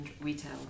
retail